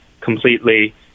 completely